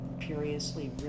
curiously